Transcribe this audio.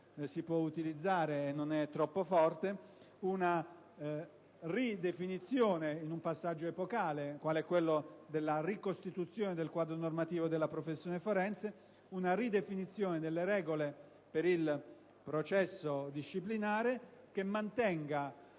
si può utilizzare e non è troppo forte - una ridefinizione, in un passaggio epocale qual è quello della ricostituzione del quadro normativo della professione forense, delle regole per il processo disciplinare che mantenga,